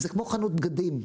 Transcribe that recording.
זה כמו חנות בגדים.